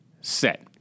set